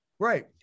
Right